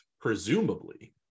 presumably